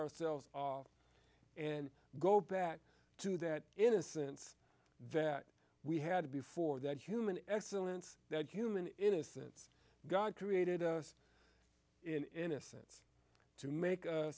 ourselves off and go back to that innocence that we had before that human excellence that human innocence god created us in a sense to make u